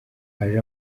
aje